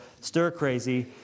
Stir-crazy